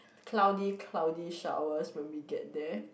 cloudy cloudy shower when we get there